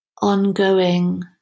ongoing